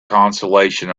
consolation